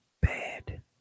bad